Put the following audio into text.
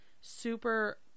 super